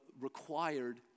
required